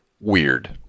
weird